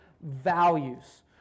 values